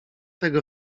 tego